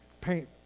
Paint